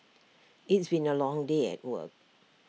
it's been A long day at work